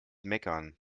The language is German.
meckern